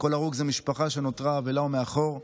כל הרוג זה משפחה שנותרה אבלה ומאחור.